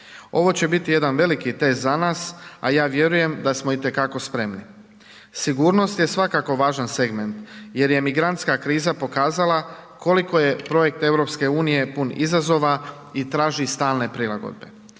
Ovo će biti jedan veliki test za nas, a ja vjerujem da smo itekako spremni. Sigurnost je svakako važan segment jer je migrantska kriza pokazala koliko je projekt EU pun izazova i traži stalne prilagodbe.